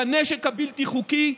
בנשק הבלתי-חוקי.